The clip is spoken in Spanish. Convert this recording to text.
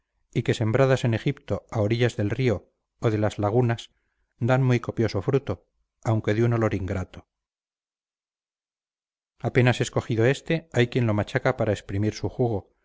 y que sembradas en egipto a orillas del río o de las lagunas dan muy copioso fruto aunque de un olor ingrato apenas escogido éste hay quien lo machaca para exprimir su jugo